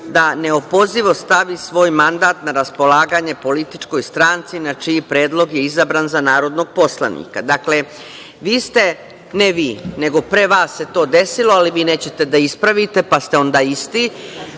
da neopozivo stavi svoj mandat na raspolaganje političkoj stranci na čiji predlog je izabran za narodnog poslanika. Dakle, vi ste, ne vi, nego pre vas se to desilo, ali vi nećete da ispravite, pa ste onda isti,